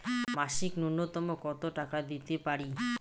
মাসিক নূন্যতম কত টাকা দিতে পারি?